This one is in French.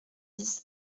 dix